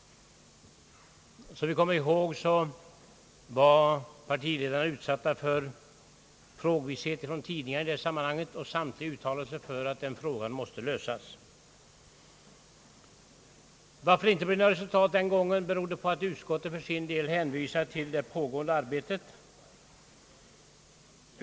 Som vi kommer ihåg blev partiledarna då föremål för tidningarnas frågvishet, och partiledarna uttalade sig för att frågan måste lösas. Att det inte blev något resultat i höstas berodde på att utskottet hänvisade till det pågående utredningsarbetet.